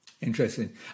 Interesting